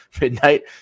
midnight